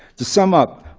to sum up,